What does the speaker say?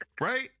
right